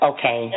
Okay